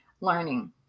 learning